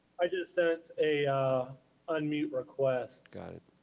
i just sent a unmute request. got it.